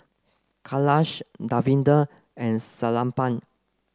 Kailash Davinder and Sellapan